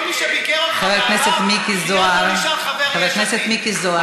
כל מי שביקר אותך בעבר, מייד לא נשאר חבר יש עתיד.